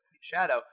Shadow